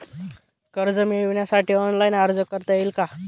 कर्ज मिळविण्यासाठी ऑनलाइन अर्ज करता येईल का?